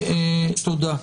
תודה.